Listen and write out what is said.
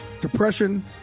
depression